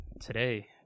today